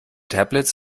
tablets